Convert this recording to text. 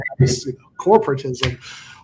corporatism